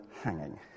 hanging